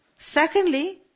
Secondly